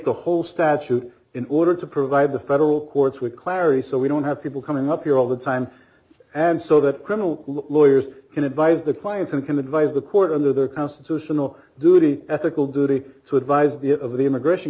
the whole statute in order to provide the federal courts with clarity so we don't have people coming up here all the time and so that criminal lawyers can advise their clients and can advise the court under their constitutional duty ethical duty to advise the of the immigration